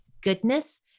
goodness